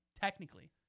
technically